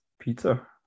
pizza